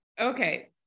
Okay